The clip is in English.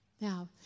Now